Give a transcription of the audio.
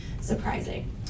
surprising